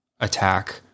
attack